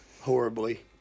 horribly